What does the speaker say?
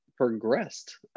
Progressed